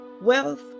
wealth